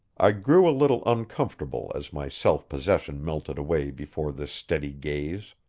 i grew a little uncomfortable as my self-possession melted away before this steady gaze.